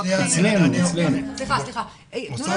אתם הולכים